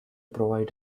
provide